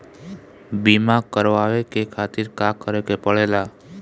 बीमा करेवाए के खातिर का करे के पड़ेला?